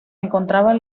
encontraba